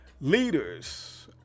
leaders